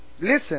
Listen